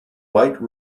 white